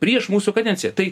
prieš mūsų kadenciją tai